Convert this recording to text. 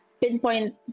pinpoint